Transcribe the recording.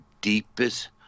deepest